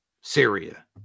Syria